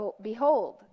Behold